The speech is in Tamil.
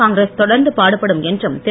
காங்கிரஸ் தொடர்ந்து பாடுப்படும் என்றும் திரு